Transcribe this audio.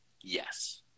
Yes